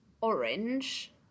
orange